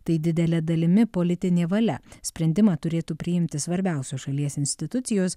tai didele dalimi politinė valia sprendimą turėtų priimti svarbiausios šalies institucijos